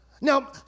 Now